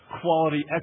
quality